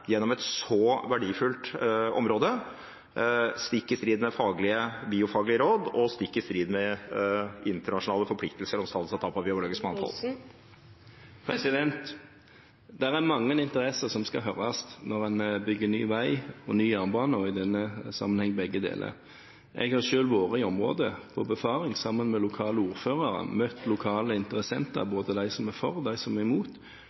gjennom et så verdifullt område, stikk i strid med biofaglige råd og internasjonale forpliktelser om stans av tap av biologisk mangfold? Det er mange interesser som skal høres når man bygger ny vei og ny jernbane, og i denne sammenheng begge deler. Jeg har selv vært i området på befaring sammen med lokale ordførere og møtt lokale interessenter, både de som er for, og de som er imot,